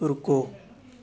ਰੁਕੋ